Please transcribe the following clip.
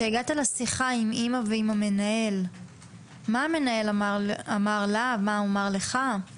מה המנהל אמר לה או לך בשיחה שלכם איתו?